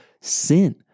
sin